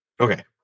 Okay